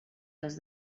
les